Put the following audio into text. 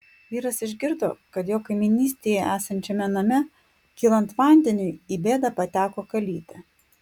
vyras išgirdo kad jo kaimynystėje esančiame name kylant vandeniui į bėdą pateko kalytė